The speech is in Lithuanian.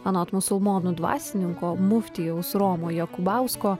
anot musulmonų dvasininko muftijaus romo jakubausko